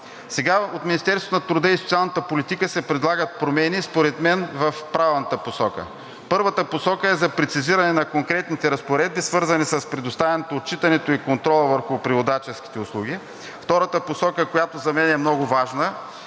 Сега от Министерството на труда и социалната политика се предлагат промени, според мен в правилната посока. Първата посока е за прецизиране на конкретните разпоредби, свързани с предоставянето, отчитането и контрола върху преводаческите услуги. Втората посока, която за мен е много важна,